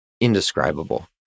indescribable